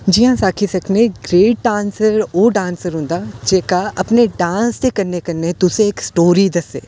जियां अस आक्खी सकने ग्रेट डांसर ओह् डांसर होंदा जेह्का अपने डांस दे कन्नै कन्नै तुसें ई स्टोरी दस्से